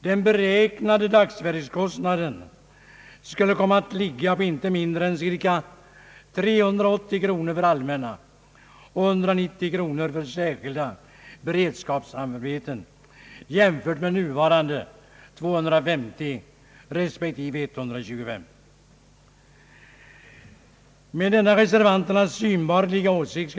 Den beräknade dagsverkskostnaden skulle komma att ligga på inte mindre än cirka 380 kronor för allmänna och 190 kronor för särskilda beredskapsarbeten i jämförelse med nuvarande 250 respektive. 125 kronor.